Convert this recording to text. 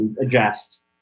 Adjust